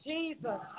Jesus